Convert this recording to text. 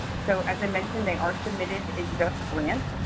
so as i mentioned, they are submitted in justgrants.